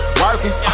working